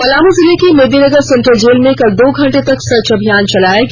पलामू जिले के Medininagar central jail में कल दो घंटे तक सर्च अभियान चलाया गया